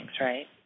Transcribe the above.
Right